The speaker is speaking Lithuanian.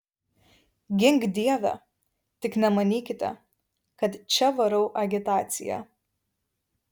gink dieve tik nemanykite kad čia varau agitaciją